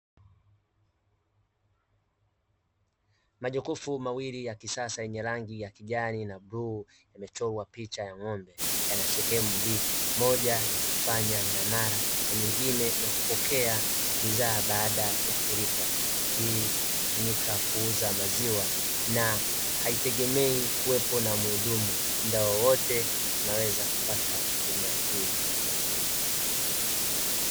Majokofu mawili ya kisasa yenye rangi ya kijani na bluu, imechorwa picha ya ng'ombe yana sehemu mbili, moja ya kufanya miamala na nyingine ya kupokea bidhaa baada ya kulipa. Hii inatumika kuuza maziwa na haitegemei kuwepo na mhudumu, muda wowote unaweza kupata huduma hii.